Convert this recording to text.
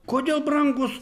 kodėl brangūs